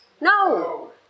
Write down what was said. No